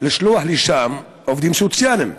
לשלוח לשם עובדים סוציאליים,